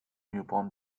newborn